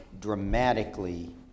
dramatically